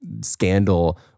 scandal